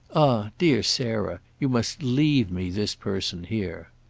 dear sarah, you must leave me this person here!